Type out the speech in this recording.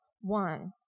One